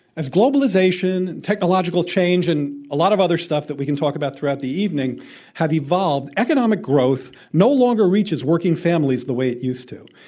as globalization, and technological change, and a lot of other stuff that we can talk about throughout the evening have evolved, economic growth no longer reaches working families the way it used to.